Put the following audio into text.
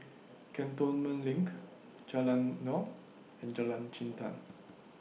Cantonment LINK Jalan Naung and Jalan Jintan